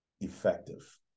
effective